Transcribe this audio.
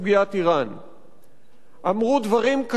אמרו דברים קשים וחברי תקדים: